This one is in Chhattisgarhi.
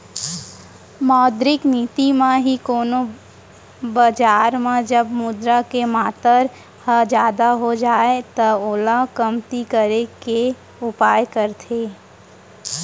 मौद्रिक नीति म ही कोनो बजार म जब मुद्रा के मातर ह जादा हो जाय त ओला कमती करे के उपाय करथे